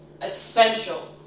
essential